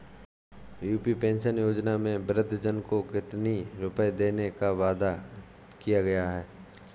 UP pension योजना में वृद्धजन को कितनी रूपये देने का वादा किया गया है?